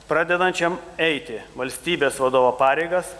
pradedančiam eiti valstybės vadovo pareigas